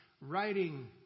writing